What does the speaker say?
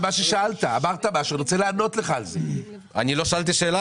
כמות הניקוטין במוצר זהה,